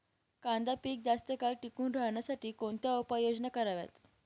कांदा पीक जास्त काळ टिकून राहण्यासाठी कोणत्या उपाययोजना कराव्यात?